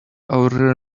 our